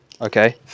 Okay